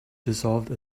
dissolved